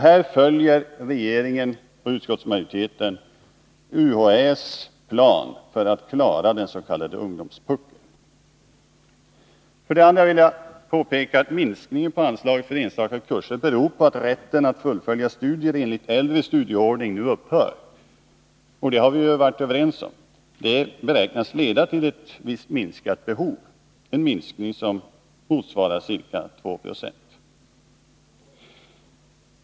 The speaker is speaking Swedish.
Här följer regeringen och utskottsmajoriteten UHÄ:s plan för att klara den s.k. ungdomspuckeln. Vidare vill jag påpeka att minskningen av anslaget till enstaka kurser beror på att rätten att fullfölja studier enligt äldre studieordning upphör. Det har vi varit överens om. Det beräknas leda till minskat behov — en minskning på ca 20.